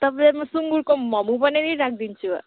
तपाईँलाई म सुँगुरको मोमो बनाइदिई राखिदिन्छु